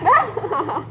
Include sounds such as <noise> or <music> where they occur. <laughs>